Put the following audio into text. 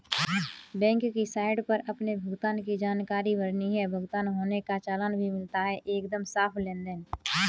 bank की site पर अपने भुगतान की जानकारी भरनी है, भुगतान होने का चालान भी मिलता है एकदम साफ़ लेनदेन